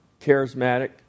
charismatic